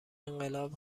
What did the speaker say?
انقلاب